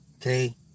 Okay